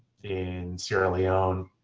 in sierra leone.